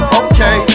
okay